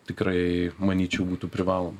tikrai manyčiau būtų privaloma